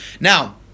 Now